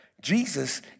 Jesus